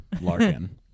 larkin